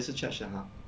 oh 也是 church 的 !huh!